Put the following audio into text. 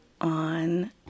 on